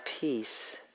peace